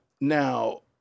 Now